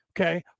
okay